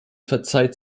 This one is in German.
verzeiht